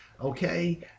okay